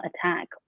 attack